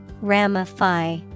Ramify